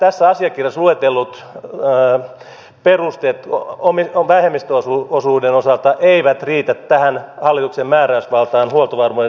nämä tässä asiakirjassa luetellut perusteet vähemmistöosuuden osalta eivät riitä tähän hallituksen määräysvaltaan huoltovarmuuden näkökulmastakaan